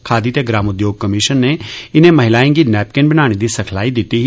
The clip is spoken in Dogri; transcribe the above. खादी ते ग्राम उद्योग कमिशन नै इनें महिलाएं गी नैपकिन बनाने दी सिखलाई दित्ती ही